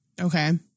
Okay